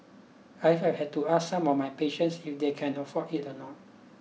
I have had to ask some of my patients if they can afford it or not